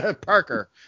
parker